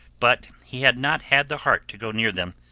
but he had not had the heart to go near them,